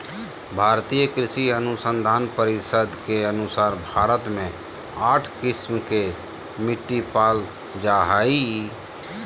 भारतीय कृषि अनुसंधान परिसद के अनुसार भारत मे आठ किस्म के मिट्टी पाल जा हइ